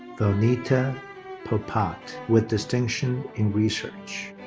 vinita popat with distinction in research.